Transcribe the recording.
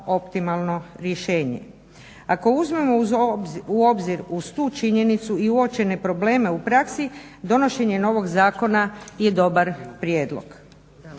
optimalno rješenje. Ako uzmemo u obzir uz tu činjenicu i uočene probleme u praksi donošenje novog zakona je dobar prijedlog.